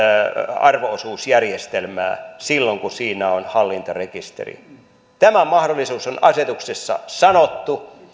arvo osuusjärjestelmää silloin kun siinä on hallintarekisteri tämä mahdollisuus on asetuksessa sanottu